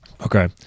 Okay